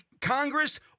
Congress